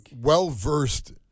well-versed